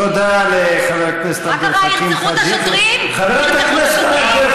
תודה לחבר הכנסת עבד אל חכים חאג' יחיא.